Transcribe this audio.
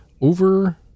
Over